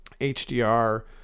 HDR